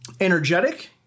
energetic